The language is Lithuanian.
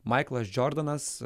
maiklas džordonas